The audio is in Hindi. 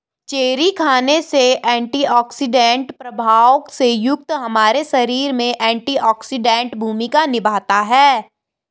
चेरी खाने से एंटीऑक्सीडेंट प्रभाव से युक्त हमारे शरीर में एंटीऑक्सीडेंट भूमिका निभाता है